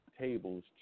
tables